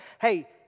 Hey